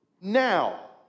now